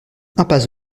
impasse